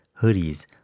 hoodies